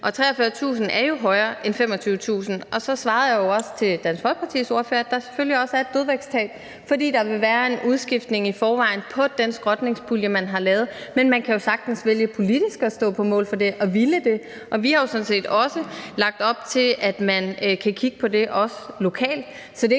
43.000 er jo højere end 25.000. Og så svarede jeg også til Dansk Folkepartis ordfører, at der selvfølgelig også er et dødvægtstab, fordi der vil være en udskiftning i forvejen på den skrotningspulje, man har lavet. Men man kan jo sagtens vælge politisk at stå på mål for det og at ville det. Og vi har jo sådan set også lagt op til, at man kan kigge på det også lokalt.